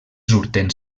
surten